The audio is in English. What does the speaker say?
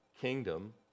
kingdom